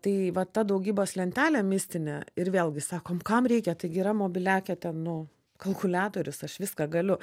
tai va ta daugybos lentelė mistinė ir vėlgi sakom kam reikia taigi yra mobiliake ten nu kalkuliatorius aš viską galiu